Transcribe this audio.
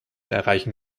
erreichen